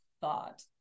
thought